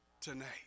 tonight